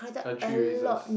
country races